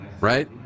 right